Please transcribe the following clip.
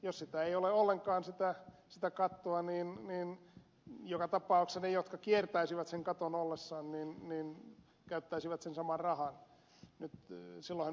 jos ei ole ollenkaan sitä kattoa niin joka tapauksessa ne jotka kiertäisivät sen katon käyttäisivät saman rahan